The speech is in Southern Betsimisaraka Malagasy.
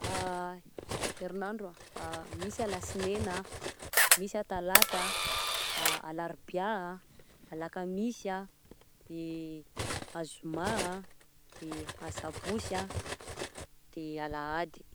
Herinandro a: misy alasinena, misy talata, alarobià, alakamisy, de azoma, de asabosy, de alahady.